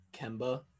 Kemba